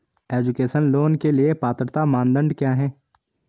Education loan के लिए पात्रता मानदंड क्या है?